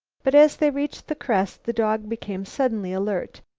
but as they reached the crest the dog became suddenly alert.